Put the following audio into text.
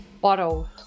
bottle